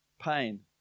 pain